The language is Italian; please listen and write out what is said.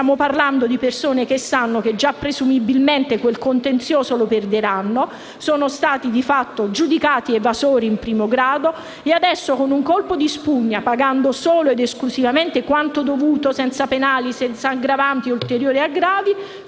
parlando di persone che sanno già che presumibilmente quel contenzioso lo perderanno; sono stati già giudicati di fatto evasori in primo grado e adesso, con un colpo di spugna, pagando solo ed esclusivamente quanto dovuto, senza penali, senza aggravanti e ulteriori gravami,